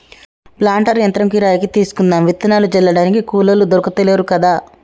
planter యంత్రం కిరాయికి తీసుకుందాం విత్తనాలు జల్లడానికి కూలోళ్లు దొర్కుతలేరు కదా